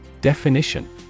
Definition